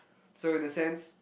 so in a sense